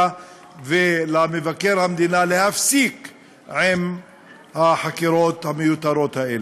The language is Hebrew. ולמבקר המדינה להפסיק עם החקירות המיותרות האלה.